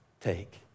take